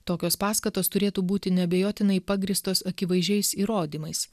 tokios paskatos turėtų būti neabejotinai pagrįstos akivaizdžiais įrodymais